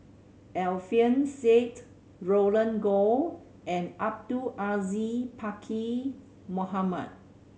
Alfian Sa'at Roland Goh and Abdul Aziz Pakkeer Mohamed